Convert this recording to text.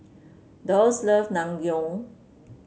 Dwyanes love Naengmyeon